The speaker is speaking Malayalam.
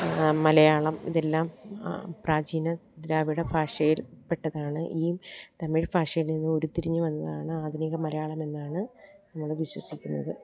മലയാളം ഇതെല്ലാം പ്രാചീന ദ്രാവിഡ ഭാഷയിൽ പെട്ടതാണ് ഈ തമിഴ് ഭാഷയിൽ നിന്നൂരി തിരിഞ്ഞ് വന്നതാണ് ആധുനിക മലയാളമെന്നാണ് നമ്മൾ വിശ്വസിക്കുന്നത്